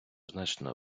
значно